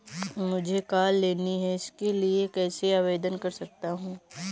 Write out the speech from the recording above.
मुझे कार लेनी है मैं इसके लिए कैसे आवेदन कर सकता हूँ?